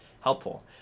helpful